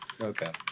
Okay